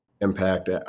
impact